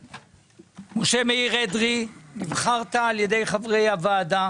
משה מאיר אדרי, נבחרת על-ידי חברי הוועדה